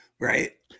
Right